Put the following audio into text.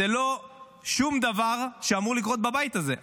זה לא שום דבר שאמור לקרות בבית הזה.